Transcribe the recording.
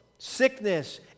sickness